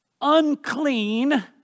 unclean